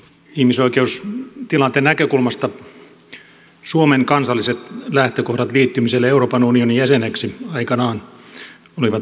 ihmisoikeustilanteen näkökulmasta suomen kansalliset lähtökohdat liittymiselle euroopan unionin jäseneksi aikanaan olivat varsin hyvät